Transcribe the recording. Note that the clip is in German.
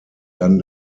dann